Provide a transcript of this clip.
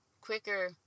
quicker